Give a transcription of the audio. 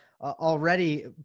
already